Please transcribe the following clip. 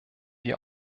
wir